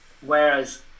Whereas